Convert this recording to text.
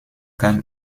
kam